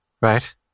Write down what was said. right